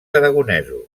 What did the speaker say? aragonesos